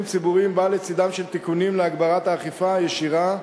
ציבוריים בא לצדם של תיקונים להגברת האכיפה הישירה,